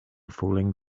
falling